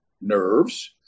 nerves